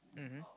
mmhmm